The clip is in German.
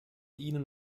ihnen